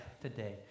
today